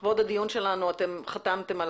לכבוד הדיון שלנו, אתם חתמתם.